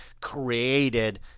created